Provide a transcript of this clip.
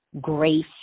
grace